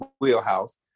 wheelhouse